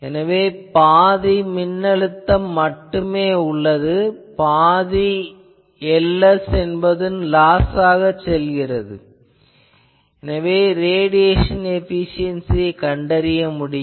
எனவே பாதி மின்னழுத்தம் மட்டுமே உள்ளது பாதி Ls என்பதன் லாஸ் ஆக செல்கிறது எனவே ரேடியேசன் எபிசியென்சியைக் கண்டறிய முடியும்